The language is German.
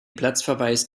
platzverweis